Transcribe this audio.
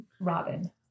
Robin